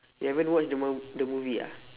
you haven't watch the mo~ the movie ah